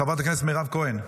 חברת הכנסת מירב כהן,